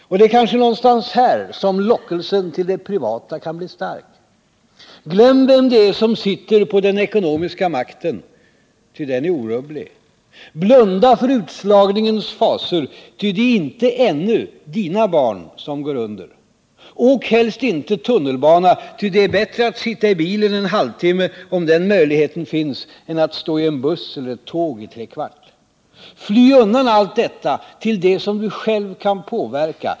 Och det är kanske någonstans här som lockelsen till det privata kan bli stark. Glöm vem det är som sitter på den ekonomiska makten, ty den är orubblig. Blunda för utslagningens fasor, ty det är inte, ännu, dina barn som går under. Åk helst inte tunnelbana, ty det är bättre att sitta i bilen en halvtimme, om den möjligheten finns, än att stå i en buss eller ett tåg i tre kvart. Fly undan allt detta till det som du själv kan påverka.